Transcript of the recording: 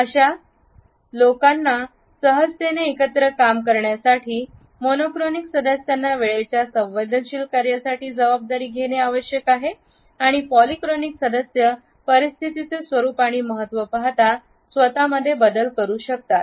अशा मेश्रम लोकांना सहजतेने एकत्र काम करण्यासाठी मोनो क्रॉनिक सदस्यांना वेळेच्या संवेदनशील कार्यांसाठी जबाबदारी घेणे आवश्यक आहे आणि पॉलीक्रॉनिक सदस्य परिस्थितीचे स्वरूप आणि महत्त्व पाहता स्वतःमध्ये बदल करू शकतात